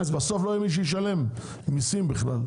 בסוף לא יהיה מי שישלם מיסים בכלל.